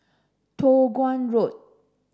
Toh Guan Road